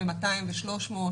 עוסק מורשה וכולי,